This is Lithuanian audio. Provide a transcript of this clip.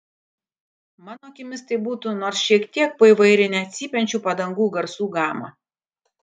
mano akimis tai būtų nors šiek tiek paįvairinę cypiančių padangų garsų gamą